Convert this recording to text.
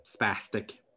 spastic